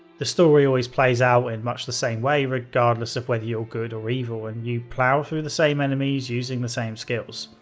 the story always plays out in much the same way regardless of whether you're good or evil and you plough through the same enemies using the same skills.